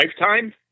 lifetime